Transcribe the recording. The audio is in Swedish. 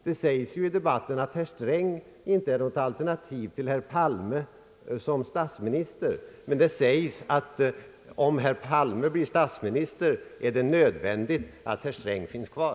Det sägs ju i debatten att herr Sträng inte är något alternativ till herr Palme som statsminister, men det sägs att om herr Palme blir statsminister är det nödvändigt att herr Sträng finns kvar.